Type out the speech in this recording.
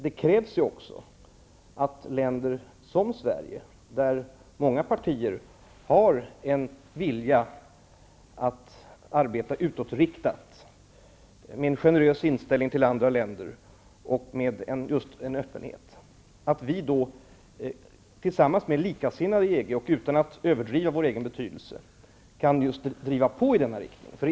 Det krävs också att länder som Sverige, där många partier har en vilja att arbeta utåtriktat, med en generös inställning till andra länder tillsammans med likasinnade inom EG, och utan att överdriva vår egen betydelse, kan driva på i denna riktning.